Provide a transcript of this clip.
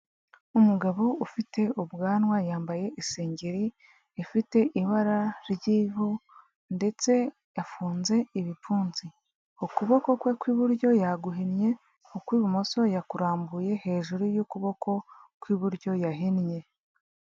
Umugabo ufite ubwanwa yambaye isengeri ifite ibara ry'ivu ndetse yafunze ibipfunsi, ukuboko kwe kw'iburyo yaguhinnye, ukw'ibumoso yakurambuye, hejuru y'ukuboko kw'iburyo yahinnye.